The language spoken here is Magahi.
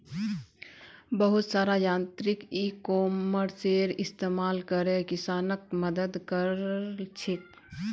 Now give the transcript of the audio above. बहुत सारा यांत्रिक इ कॉमर्सेर इस्तमाल करे किसानक मदद क र छेक